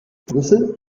brüssel